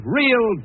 real